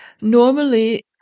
Normally